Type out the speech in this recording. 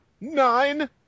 nine